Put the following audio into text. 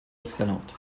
excellente